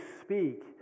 speak